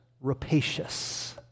rapacious